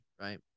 right